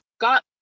got